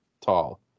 tall